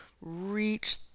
reach